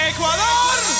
Ecuador